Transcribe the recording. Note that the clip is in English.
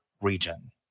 region